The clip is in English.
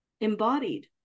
embodied